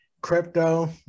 crypto